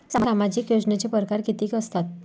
सामाजिक योजनेचे परकार कितीक असतात?